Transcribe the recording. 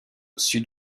sud